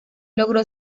logró